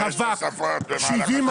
הוא רווק עם 70% נכות.